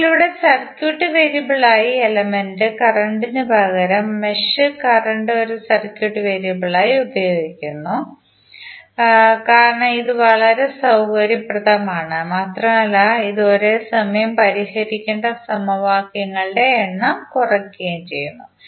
ഇപ്പോൾ ഇവിടെ സർക്യൂട്ട് വേരിയബിളായി എലമെന്റ് കറന്റ് നുപകരം മെഷ് കറന്റ് ഒരു സർക്യൂട്ട് വേരിയബിളായി ഉപയോഗിക്കുന്നു കാരണം ഇത് വളരെ സൌകര്യപ്രദമാണ് മാത്രമല്ല ഇത് ഒരേസമയം പരിഹരിക്കേണ്ട സമവാക്യങ്ങളുടെ എണ്ണം കുറയ്ക്കുകയും ചെയ്യുന്നു